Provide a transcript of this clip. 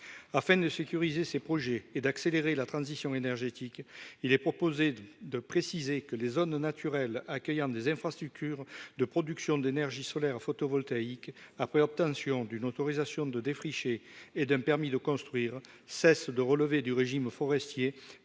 Afin de sécuriser ces projets et d’accélérer la transition énergétique, il est proposé de préciser que les zones naturelles accueillant des infrastructures de production d’énergie solaire photovoltaïque, après obtention d’une autorisation de défricher et d’un permis de construire, cessent de relever du régime forestier